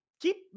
keep